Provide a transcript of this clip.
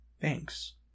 thanks